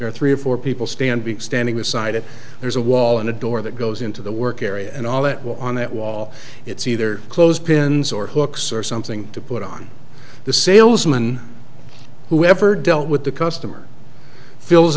are three or four people stand be standing beside it there's a wall and a door that goes into the work area and all that was on that wall it's either clothes pins or hooks or something to put on the salesman who ever dealt with the customer fills